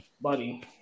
buddy